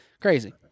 crazy